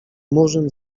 murzyn